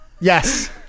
Yes